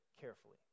carefully